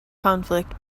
conflict